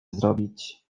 zrobić